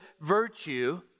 virtue